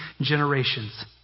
generations